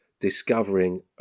discovering